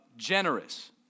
generous